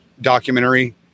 documentary